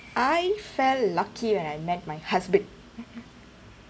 I felt lucky when I met my husband